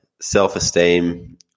self-esteem